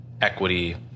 equity